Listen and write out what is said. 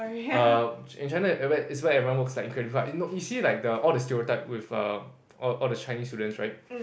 uh in China it's where everyone works equally hard you see like the all the stereotype with err all the Chinese students right